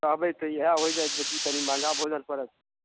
कहबै तऽ इएह होइ जायत ई तनि महँगा भोजन पड़त